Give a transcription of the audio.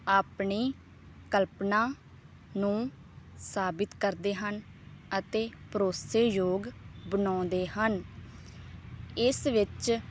ਆਪਣੀ ਕਲਪਨਾ ਨੂੰ ਸਾਬਿਤ ਕਰਦੇ ਹਨ ਅਤੇ ਭਰੋਸੇਯੋਗ ਬਣਾਉਂਦੇ ਹਨ ਇਸ ਵਿੱਚ